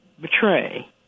betray